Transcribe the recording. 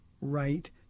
right